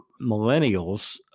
millennials